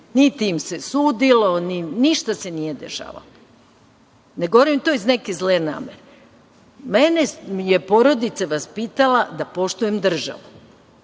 niti im se sudilo. Ništa se nije dešavalo. Ne govorim to iz neke zle namere. Mene je porodica vaspitala da poštujem državu.